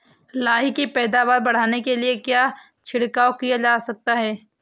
लाही की पैदावार बढ़ाने के लिए क्या छिड़काव किया जा सकता है?